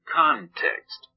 context